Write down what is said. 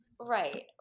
Right